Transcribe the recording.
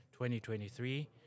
2023